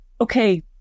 Okay